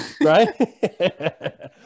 right